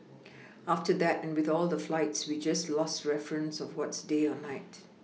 after that and with all the flights we just lost reference of what's day or night